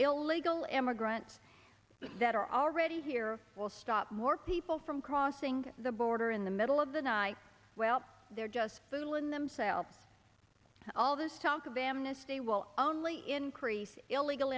illegal immigrants that are already here will stop more people from crossing the border in the middle of the night well they're just fooling themselves all this talk of amnesty will only increase illegal